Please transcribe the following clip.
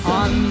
on